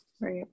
Right